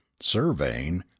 surveying